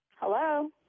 Hello